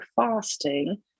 fasting